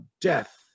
death